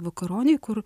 vakaronėj kur